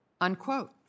unquote